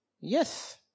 Yes